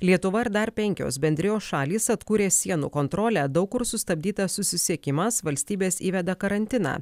lietuva ir dar penkios bendrijos šalys atkūrė sienų kontrolę daug kur sustabdytas susisiekimas valstybės įveda karantiną